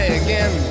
again